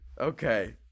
Okay